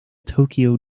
tokyo